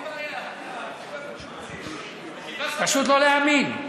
אין בעיה, כיפה סרוגה, פשוט לא להאמין.